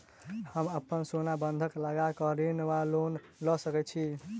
हम अप्पन सोना बंधक लगा कऽ ऋण वा लोन लऽ सकै छी?